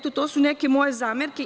To su neke moje zamerke.